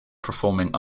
performing